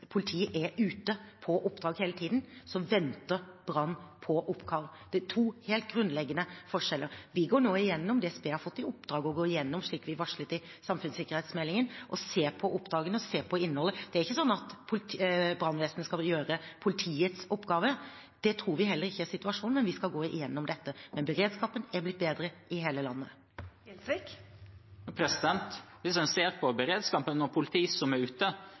politiet er ute på oppdrag hele tiden, så venter brannvesenet på oppkall. Det er to helt grunnleggende forskjeller. Vi går nå gjennom det – DSB har fått i oppdrag å gå gjennom det, slik vi varslet i samfunnssikkerhetsmeldingen, og se på oppdragene og se på innholdet. Det er ikke sånn at brannvesenet skal gjøre politiets oppgaver. Det tror vi heller ikke er situasjonen, men vi skal gå gjennom dette. Men beredskapen har blitt bedre i hele landet. Sigbjørn Gjelsvik – til oppfølgingsspørsmål. Hvis en ser på beredskapen og politi som er ute,